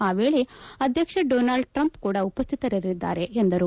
ಆ ವೇಳೆ ಅಧ್ಯಕ್ಷ ಡೊನಾಲ್ಡ್ ಟ್ರಂಪ್ ಕೂಡ ಉಪಸ್ವಿತರಿರಲಿದ್ದಾರೆ ಎಂದರು